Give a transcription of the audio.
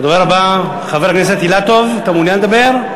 הדובר הבא, חבר הכנסת אילטוב, אתה מעוניין לדבר?